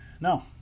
no